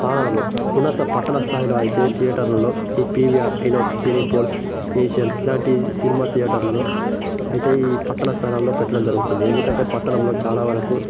ఉన్నత పట్టణ స్థాయిలో అయితే థియేటర్లలో ఈ PVR Inox Cinepolis Asian ఇట్లాంటి సినిమా థియేటర్లలో అయితే ఈ పట్టణ స్థానాలలో పెట్టడం జరుగుతుంది ఎందుకంటే పట్టణంలో చాలా వరకు